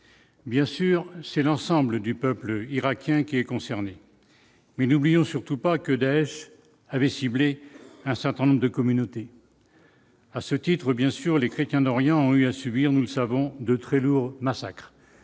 bien sûr, c'est l'ensemble du peuple irakien, qui est concerné, mais n'oublions surtout pas que Daech avait ciblé un certain nombre de communautés. à ce titre, bien sûr, les chrétiens d'Orient ont eu à subir, nous ne savons de très lourds, massacre